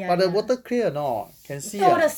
but the water clear or not can see ah